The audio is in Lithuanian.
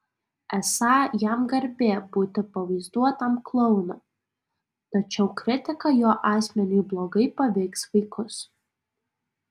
esą jam garbė būti pavaizduotam klounu tačiau kritika jo asmeniui blogai paveiks vaikus